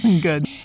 Good